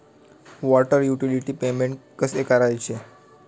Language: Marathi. वॉटर युटिलिटी पेमेंट कसे करायचे?